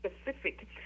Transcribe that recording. specific